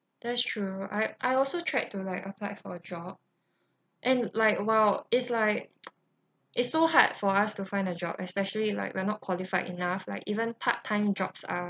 that's true I I also tried to like apply for a job and like !wow! is like it's so hard for us to find a job especially like we're not qualified enough like even part time jobs are